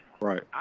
right